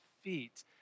feet